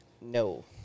No